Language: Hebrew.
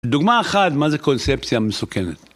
דוגמא אחת, מה זה קונספציה מסוכנת?